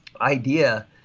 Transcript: idea